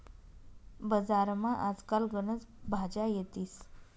बजारमा आज काल गनच भाज्या येतीस